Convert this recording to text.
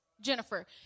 Jennifer